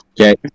Okay